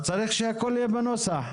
צריך שהכול יהיה בנוסח.